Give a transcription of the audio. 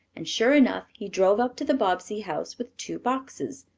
and sure enough he drove up to the bobbsey house with two boxes.